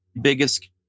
Biggest